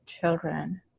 children